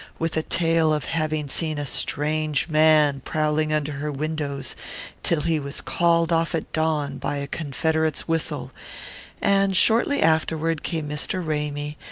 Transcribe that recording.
with a tale of having seen a strange man prowling under her windows till he was called off at dawn by a confederate's whistle and shortly afterward came mr. ramy,